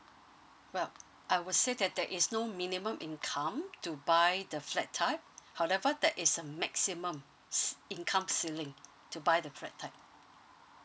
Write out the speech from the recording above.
well I would say that there is no minimum income to buy the flat type however that is a maximum income ceiling to buy the flat type